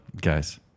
guys